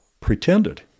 pretended